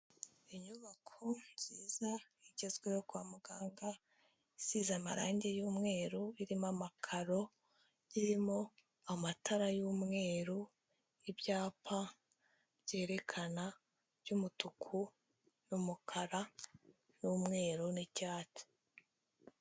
Inyubako nziza igezweho kwa muganga, isize amarangi y'umweru, irimo amakaro, irimo amatara y'umweru, ibyapa byerekana by'umutuku n'umukara n'umweru n'icyatsi.